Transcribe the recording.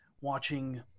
watching